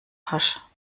pasch